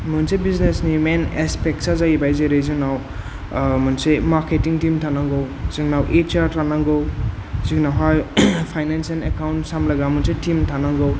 मोनसे बिजनेस नि मेन एस्पेक्सा जाहैबाय जेरै जोंनाव मोनसे मार्केटिं टिम थानांगौ जोंनाव ऐस आर थानांगौ जोंनावहाय फायनेन्स एन्द एकाउन्स सामलायग्रा मोनसे टिम थानांगौ